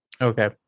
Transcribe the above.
Okay